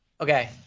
Okay